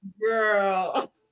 Girl